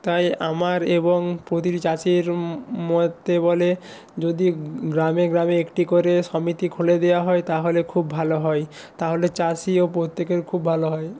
তাই আমার এবং প্রতিটি চাষির মতে বলে যদি গ্রামে গ্রামে একটি করে সমিতি খুলে দেয়া হয় তাহলে খুব ভালো হয় তাহলে চাষি ও প্রত্যেকের খুব ভালো হয়